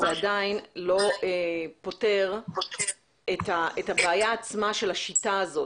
זה עדיין לא פותר את הבעיה עצמה של השיטה הזו.